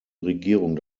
regierung